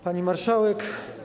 Pani Marszałek!